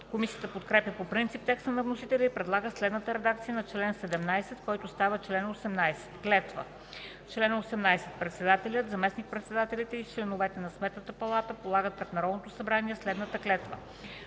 Комисията подкрепя по принцип текста на вносителя и предлага следната редакция на чл. 17, който става чл. 18: „Клетва Чл. 18. Председателят, заместник-председателите и членовете на Сметната палата полагат пред Народното събрание следната клетва: